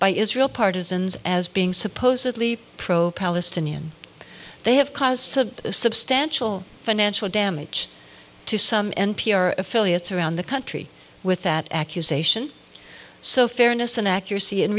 by israel partisans as being supposedly pro palestinian they have caused a substantial financial damage to some n p r affiliates around the country with that accusation so fairness and accuracy